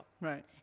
right